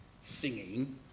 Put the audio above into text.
singing